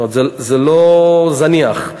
זה לא זניח.